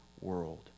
world